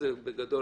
בגדול,